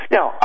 Now